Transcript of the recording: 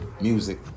music